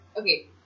okay